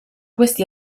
questi